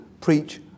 preach